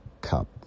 Cup